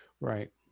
Right